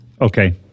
Okay